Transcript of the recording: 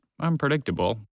unpredictable